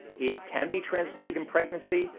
it can be transmitted in pregnancy.